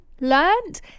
learned